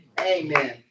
Amen